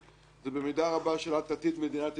זה במידה רבה שאלת עתיד מדינת ישראל,